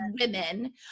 women